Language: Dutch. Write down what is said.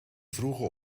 vroegen